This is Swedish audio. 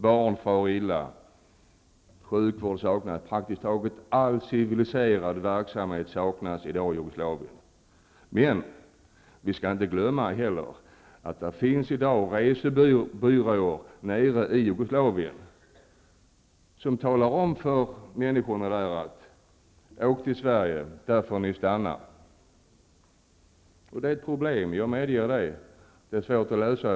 Barn far illa, sjukvård saknas; praktiskt taget all civiliserad verksamhet saknas i dag i Jugoslavien. Men vi skall inte heller glömma att det i dag finns resebyråer nere i Jugoslavien där man säger till människorna: ''Åk till Sverige, där får ni stanna!'' Jag medger att detta är ett problem som är svårt att lösa.